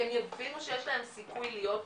כי הם יבינו שיש להם סיכוי להיות שם.